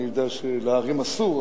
אני יודע שלהרים אסור,